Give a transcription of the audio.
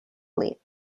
fleet